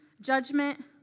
judgment